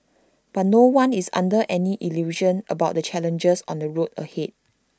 but no one is under any illusion about the challenges on the road ahead